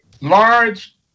large